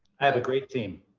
have a great team.